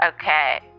Okay